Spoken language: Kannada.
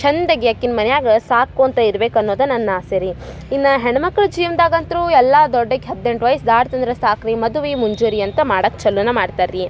ಚಂದಾಗಿ ಆಕಿನ ಮನ್ಯಾಗೆ ಸಾಕೊಂತ ಇರ್ಬೇಕು ಅನ್ನೋದು ನನ್ನ ಆಸೆ ರೀ ಇನ್ನ ಹೆಣ್ಣು ಮಕ್ಳು ಜೀವನ್ದಾಗ ಅಂತ್ರೂ ಎಲ್ಲಾ ದೊಡ್ಡಕಿ ಹದ್ನೆಂಟು ವಯ್ಸು ದಾಟ್ತ ಅಂದರೆ ಸಾಕ್ ರೀ ಮದುವೆ ಮುಂಜಿ ರೀ ಅಂತ ಮಾಡಾಕೆ ಚಲುನ ಮಾಡ್ತರೆ ರೀ